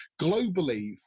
globally